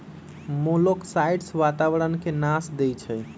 मोलॉक्साइड्स वातावरण के नाश देई छइ